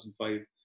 2005